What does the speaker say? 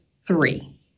three